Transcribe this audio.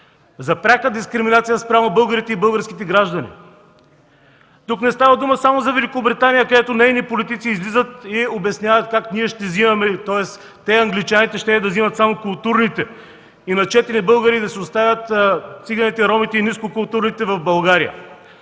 за пряка дискриминация спрямо българите и българските граждани. Тук не става дума само за Великобритания, където нейни политици излизат и обясняват как те, англичаните, щели да вземат само културните и начетени българи, а циганите, ромите и ниско културните да